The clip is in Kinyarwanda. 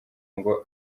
ngo